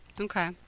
Okay